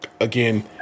Again